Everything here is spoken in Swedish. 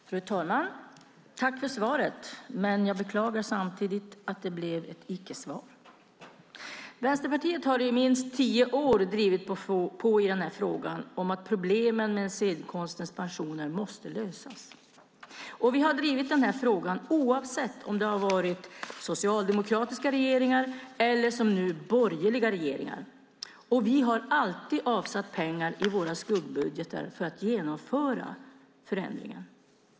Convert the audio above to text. Fru talman! Jag tackar för svaret men beklagar samtidigt att det var ett icke-svar. Vänsterpartiet har i minst tio år drivit på i frågan om att problemen med scenkonstens pensioner måste lösas. Vi har drivit denna fråga oavsett om det har varit socialdemokratisk regering eller som nu borgerlig regering. Vi har alltid avsatt pengar i våra skuggbudgetar för genomförandet.